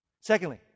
Secondly